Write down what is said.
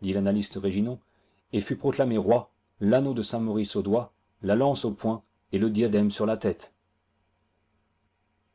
dit l'annaliste réginon et fut proclamé roi l'anneau de saint-maurice au doigt la lance au poing et le diadème sur la tête